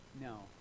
No